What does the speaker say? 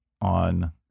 on